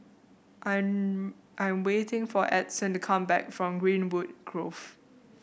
I'm waiting for Edson to come back from Greenwood Grove